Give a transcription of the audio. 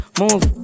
move